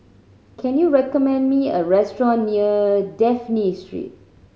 can you recommend me a restaurant near Dafne Street